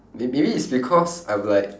may~ maybe it's because I'm like